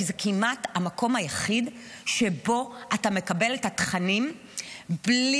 כי זה כמעט המקום היחיד שבו אתה מקבל את התכנים בלי